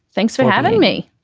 thanks for having me.